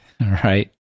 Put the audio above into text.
right